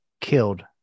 killed